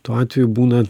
tų atvejų būna